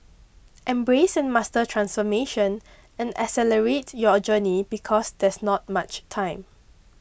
embrace and master transformation and accelerate your journey because there's not much time